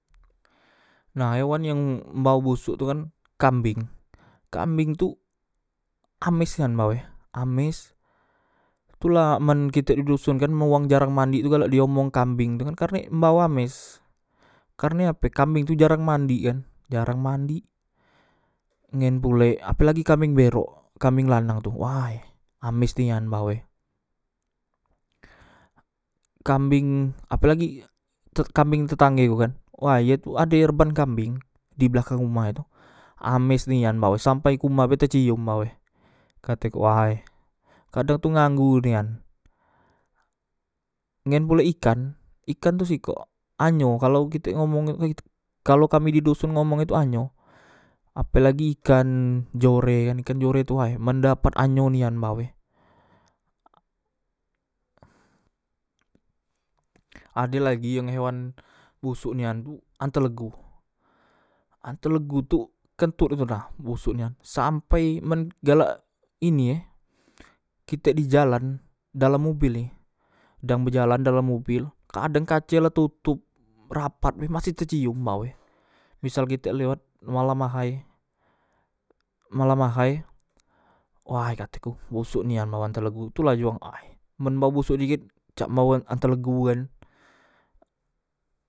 Han hewan yang mbau busuk tu kan kambeng kambeng tu amis nian mbau e amis tula men kitek di doson kan men wang jarang mandi tuk galak diomong kambeng karne embau ames karne ape kambeng tu jarang mandi kan jarang mandi ngen pulek apelagi kambeng berok kambeng lanang tu way amis nian bauke kambeng apelagi kambeng tetanggeku kan way ye tu ade reban kambeng dibelakang uma e tu amis nian bau sampai ke uma be kecium embaue kateku way kadang tu nganggu nian ngen pulek ikanikan tu sikok anyo kalok kitek ngomong kalo kami di doson ngomong e tu anyo apelagi ikan jore kan ikan jore tu way men dapatanyo nian embau e adelagi yang hewan busok nian tu antelegu antelegu tu kenutnyo tuna bosok nian sampai galak ini e kitek dijalan dalam mobel ni dang bejalan dalam mobel kadang kace la totop rapat be masi tecium embau e misal kitek lewat malam ahay malam ahay way kateku bosok nian embau antelegu tu ji wang ay men embau bosok deket cak embau antelegu kan